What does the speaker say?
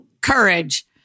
courage